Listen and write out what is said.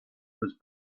was